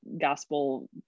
gospel